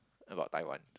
about Taiwan